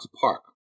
Park